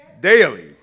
daily